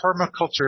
permaculture